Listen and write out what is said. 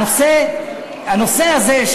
הנושא הזה,